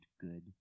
good